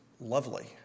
lovely